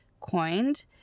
coined